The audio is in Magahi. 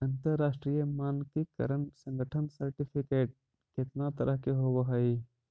अंतरराष्ट्रीय मानकीकरण संगठन सर्टिफिकेट केतना तरह के होब हई?